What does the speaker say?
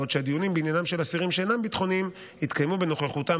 בעוד הדיונים בעניינם של אסירים שאינם ביטחוניים יתקיימו בנוכחותם